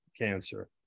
cancer